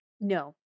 No